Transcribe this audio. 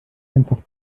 einfach